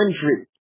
hundred